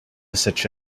such